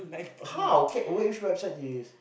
!huh! okay which website do you use